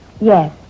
Yes